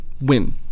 win